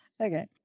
Okay